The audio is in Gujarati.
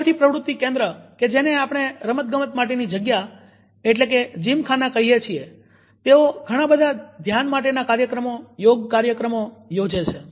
વિદ્યાર્થી પ્રવૃત્તિ કેન્દ્ર કે જેને આપણે રમત ગમત માટેની જગ્યા કહીએ છીએ તેઓ ઘણાબધા ધ્યાન માટેના કાર્યક્રમ યોગ કાર્યક્રમ યોજે છે